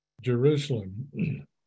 Jerusalem